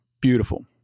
Beautiful